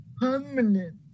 permanent